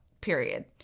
period